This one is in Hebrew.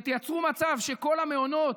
שתייצרו מצב שכל המעונות,